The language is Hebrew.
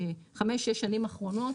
שש השנים האחרונות.